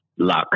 Luck